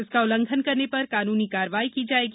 इसका उल्लंघन करने पर कानूनी कार्यवाही की जायेगी